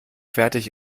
fertig